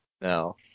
No